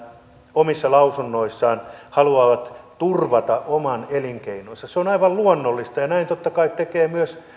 omissa lausunnoissaan haluavat turvata oman elinkeinonsa se on aivan luonnollista ja näin totta kai tekevät myös